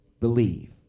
Believe